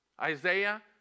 Isaiah